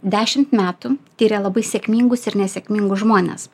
dešimt metų tyrė labai sėkmingus ir nesėkmingus žmones